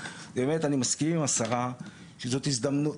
ובאמת אני מסכים עם השרה שזאת הזדמנות,